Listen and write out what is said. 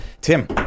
Tim